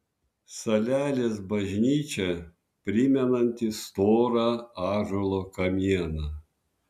salelės bažnyčia primenanti storą ąžuolo kamieną